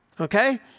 okay